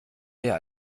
der